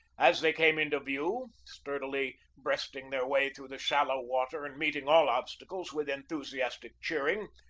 as they came into view, sturdily breasting their way through the shallow water and meeting all obstacles with enthusiastic cheering,